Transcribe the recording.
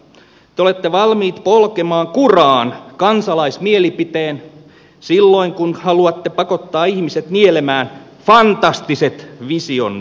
te olette valmiit polkemaan kuraan kansalaismielipiteen silloin kun haluatte pakottaa ihmiset nielemään fantastiset visionne